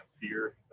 fear